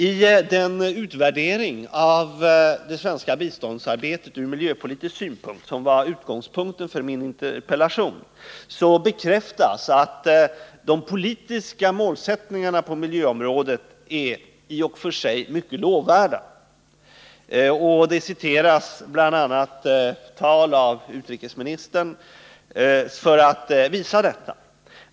I den utvärdering av det svenska biståndsarbetet från miljöpolitisk synpunkt som var utgångspunkten för min interpellation bekräftas att de politiska målsättningarna på miljöområdet i och för sig är mycket lovvärda. Tal av utrikesministern citeras bl.a. för att visa detta.